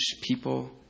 people